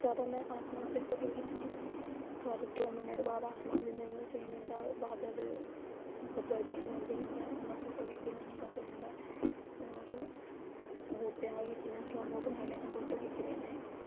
जैदा नमें आसमान दे फोटो खिचनी हर दो मिण्ट बाद आसमान चेंज होंदा बादल बद्दल चेंज होंदे रौंह्दे ते उंदा फोटो खिच्चना ते बूह्टे दा फोटो खिच्ची लैने आं